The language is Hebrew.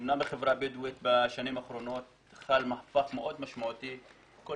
אמנם בחברה הבדואית בשנים האחרונות חל מהפך מאוד משמעותי בכל